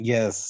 Yes